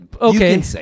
okay